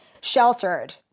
sheltered